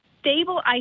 stable